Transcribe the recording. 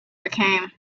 became